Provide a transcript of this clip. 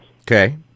Okay